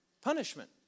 punishment